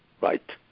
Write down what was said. Right